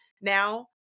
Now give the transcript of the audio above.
now